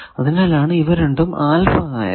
അതിനാലാണ് ഇവ രണ്ടും ആൽഫ ആയത്